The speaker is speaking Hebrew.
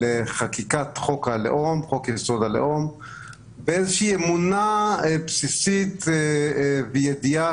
לחקיקת חוק-יסוד: הלאום באמונה בסיסית ובידיעה